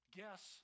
guess